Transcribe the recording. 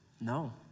No